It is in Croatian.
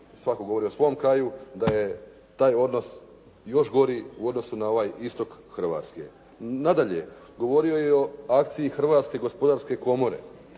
svatko govori o svom kraju, da je taj odnos još gori u odnosu na ovaj istok Hrvatske. Nadalje, govorio je o akciji Hrvatske gospodarske komore,